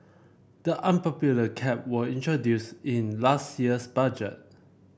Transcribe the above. the unpopular cap was introduced in last year's budget